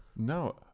No